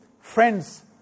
friends